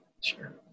Sure